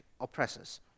oppressors